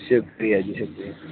शुक्रिया जी शुक्रिया